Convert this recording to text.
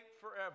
forever